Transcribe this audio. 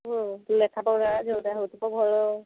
ହଁ ଲେଖା ପଢ଼ା ଯୋଉଟା ହେଉଛି ତ ଭଲ ଆଉ